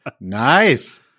Nice